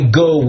go